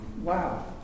wow